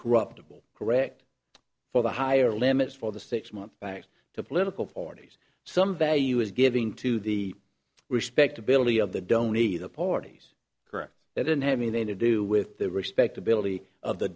corruptible correct for the higher limits for the six months back to political parties some value is giving to the respectability of the dony the party's correct it didn't have anything to do with the respectability of the